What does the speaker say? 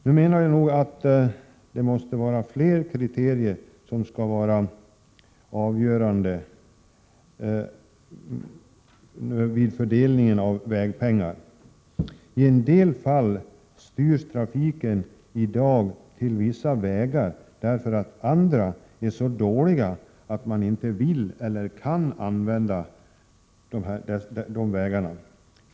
Nu menar nog jag att det måste vara fler kriterier som skall vara avgörande vid fördelningen av vägpengar. I en del fall styrs trafiken i dag till vissa vägar därför att andra är så dåliga att man inte vill eller kan använda dessa.